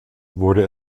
wurde